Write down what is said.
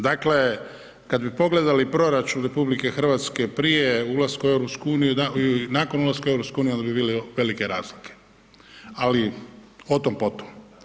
Dakle, kad bi pogledali proračun RH prije ulaska u EU i nakon ulaska u EU onda bi vidjeli velike razlike, ali o tom potom.